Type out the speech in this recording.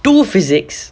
two physics